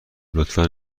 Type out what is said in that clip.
لطفا